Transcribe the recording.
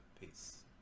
peace